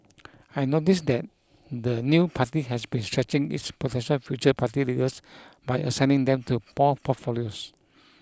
I noticed that the new party has been stretching its potential future party leaders by assigning them to pore portfolios